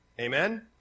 Amen